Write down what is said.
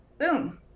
Boom